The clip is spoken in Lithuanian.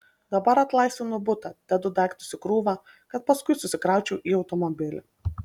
dabar atlaisvinu butą dedu daiktus į krūvą kad paskui susikraučiau į automobilį